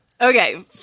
Okay